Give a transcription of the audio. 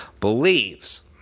believes